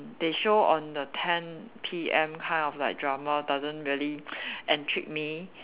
they show on the ten P_M kind of like drama doesn't really intrigue me